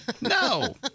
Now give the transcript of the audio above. No